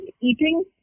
eating